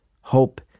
hope